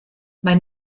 maen